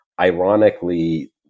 ironically